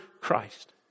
Christ